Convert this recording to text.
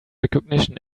recognition